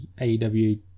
AEW